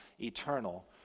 eternal